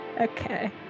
Okay